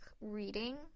reading